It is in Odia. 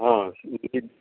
ହଁ ସୁଧୁରି ଯିବ